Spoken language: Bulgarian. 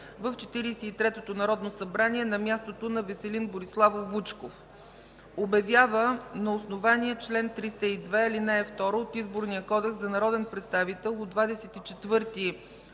и третото народно събрание на мястото на Веселин Бориславов Вучков. 2. Обявява на основание чл. 302, ал. 2 от Изборния кодекс за народен представител от 24.